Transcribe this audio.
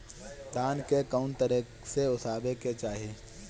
धान के कउन तरह से ओसावे के चाही?